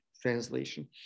translation